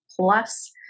Plus